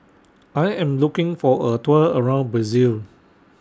I Am looking For A Tour around Brazil